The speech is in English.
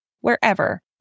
wherever